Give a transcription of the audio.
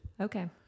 Okay